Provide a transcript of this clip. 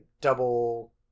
double